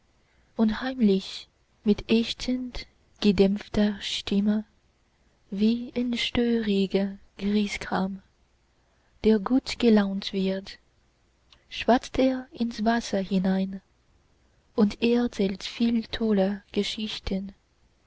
heimlich mit ächzend gedämpfter stimme wie'n störriger griesgram der gutgelaunt wird schwatzt er ins wasser hinein und erzählt viel tolle geschichten